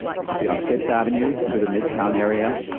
this would be on fifth avenue, through the midtown area,